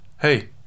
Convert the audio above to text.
Hey